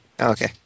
Okay